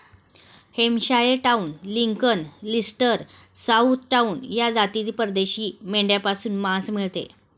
Hampshire down, Lincoln, Leicester, south down या जातीला परदेशी मेंढ्यांपासून मांस मिळते